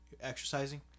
exercising